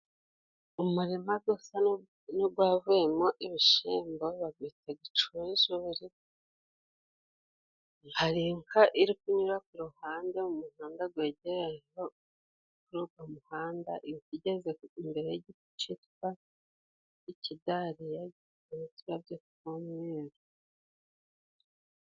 Umurima usa n'uwavuyemo ibishyimbo bawita icyuzure, hari inka iri kunyura ku ruhande mu muhanda uhegereye, ariko guturuka mu muhanda inka igeze imbere y'igiti cyitwa ikidariya cy'uturabyo tw'umweru.